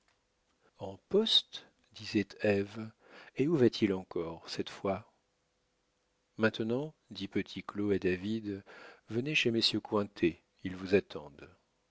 en poste disait ève et où va-t-il encore cette fois maintenant dit petit claud à david venez chez messieurs cointet ils vous attendent